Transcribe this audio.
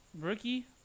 rookie